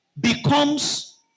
becomes